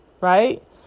right